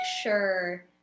sure